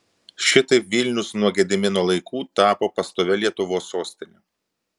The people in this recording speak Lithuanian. šitaip vilnius nuo gedimino laikų tapo pastovia lietuvos sostine